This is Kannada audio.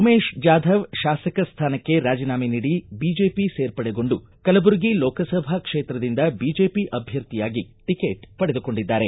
ಉಮೇಶ್ ಜಾಧವ್ ಶಾಸಕ ಸ್ಥಾನಕ್ಕೆ ರಾಜನಾಮೆ ನೀಡಿ ಬಿಜೆಪಿ ಸೇರ್ಪಡೆಗೊಂಡು ಕಲಬುರಗಿ ಲೋಕಸಭಾ ಕ್ಷೇತ್ರದಿಂದ ಬಿಜೆಪಿ ಅಭ್ಯರ್ಥಿಯಾಗಿ ಟಿಕೆಟ್ ಪಡೆದುಕೊಂಡಿದ್ದಾರೆ